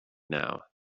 now